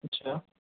اچھا